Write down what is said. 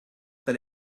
that